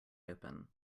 open